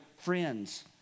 friends